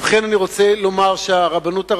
ובכן, אני רוצה לומר שהרבנות הראשית,